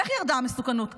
איך ירדה המסוכנות?